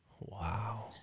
Wow